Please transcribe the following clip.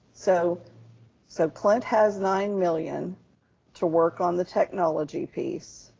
so so clint has nine million to work on the technology piece.